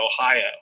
Ohio